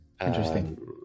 interesting